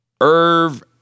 Irv